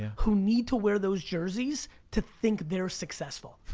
who need to wear those jerseys, to think they're successful.